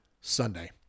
Sunday